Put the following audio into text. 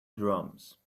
drums